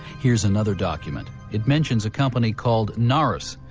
here's another document. it mentions a company called narus.